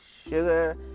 Sugar